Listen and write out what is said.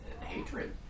hatred